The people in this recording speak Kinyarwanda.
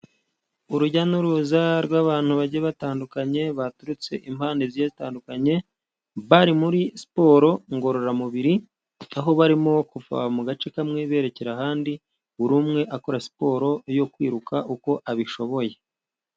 Urujya n'uruza rw'abantu bajya batandukanye baturutse impande zigiye zitandukanye. Bari muri siporo ngororamubiri, aho barimo kuva mu gace kamwe berekera ahandi, buri umwe akora siporo yo kwiruka uko abishoboye.